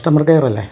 customer കെയറല്ലേ